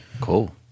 cool